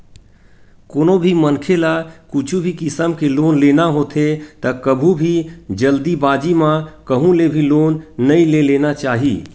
कोनो भी मनखे ल कुछु भी किसम के लोन लेना होथे त कभू भी जल्दीबाजी म कहूँ ले भी लोन नइ ले लेना चाही